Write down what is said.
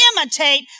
imitate